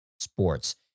sports